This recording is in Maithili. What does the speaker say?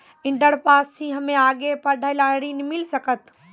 इंटर पास छी हम्मे आगे पढ़े ला ऋण मिल सकत?